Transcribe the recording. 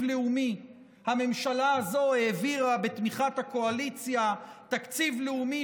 לאומי הממשלה הזו העבירה בתמיכת הקואליציה תקציב לאומי